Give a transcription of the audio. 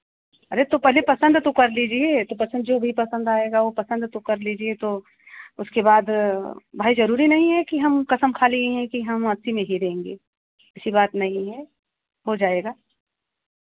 अरे तो पहले पसंद तो कर लीजिए तो पसंद जो भी पसंद आएगा वो पसंद तो कर लीजिए तो उसके बाद भाई ज़रूरी नहीं है कि हम कसम खा लिए हैं कि हम अस्सी में ही देंगे ऐसी बात नहीं है हो जाएगा